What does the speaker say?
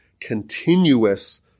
continuous